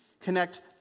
connect